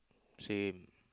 she